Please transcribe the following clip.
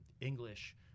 English